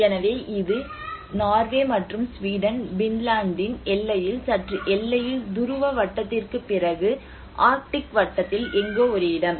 எனவே இது நோர்வே மற்றும் ஸ்வீடன் பின்லாந்தின் எல்லையில் சற்று எல்லையில் துருவ வட்டத்திற்குப் பிறகு ஆர்க்டிக் வட்டத்தில் எங்கோ ஒரு இடம்